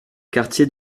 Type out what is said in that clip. quartier